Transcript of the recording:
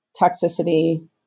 toxicity